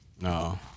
No